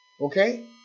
Okay